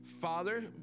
Father